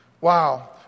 Wow